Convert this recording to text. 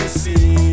see